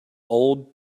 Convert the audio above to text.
old